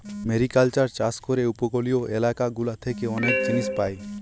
mariculture চাষ করে উপকূলীয় এলাকা গুলা থেকে অনেক জিনিস পায়